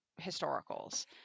historicals